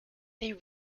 they